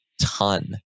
ton